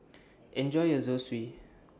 Enjoy your Zosui